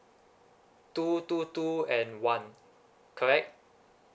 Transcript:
two two two and one correct